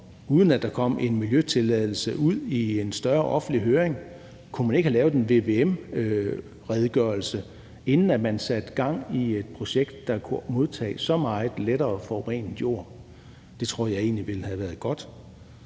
uden at der kom en miljøtilladelse ud i en større offentlig høring? Kunne man ikke have lavet en vvm-redegørelse, inden man satte gang i et projekt, der kunne modtage så meget lettere forurenet jord. Det tror jeg egentlig ville have været godt.